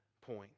point